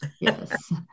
Yes